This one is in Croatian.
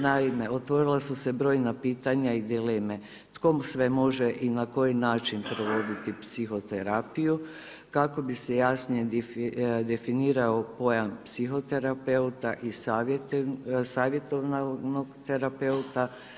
Naime, otvorila su se brojna pitanja i dileme tko sve može i na koji način provoditi psihoterapiju kako bi se jasnije definirao pojam psihoterapeuta i savjetodavnog terapeuta.